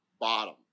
bottom